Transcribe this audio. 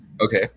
Okay